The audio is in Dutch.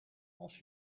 als